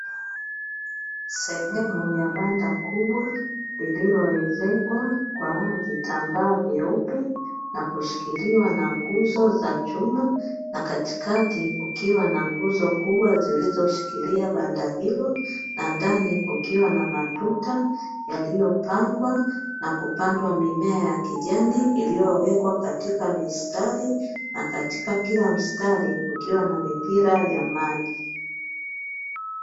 Sehemu ya banda kubwa lililoezekwa kwa vitambaa vyeupe, na kushikiliwa na nguzo za chuma na katikati kukiwa na nguzo kubwa zilizoshikilia banda hilo, na ndani kukiwa na matuta yaliyopangwa na kupandwa mimea ya kijani, iliyowekwa katika mistari na katika kila mstari kukiwa na mipira ya maji.